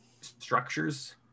structures